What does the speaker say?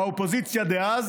האופוזיציה דאז